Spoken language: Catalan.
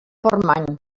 portmany